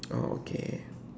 oh okay